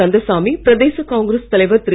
Kandasamy Pradesh Congress தலைவர் திரு